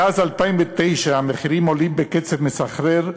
מאז 2009 המחירים עולים בקצב מסחרר,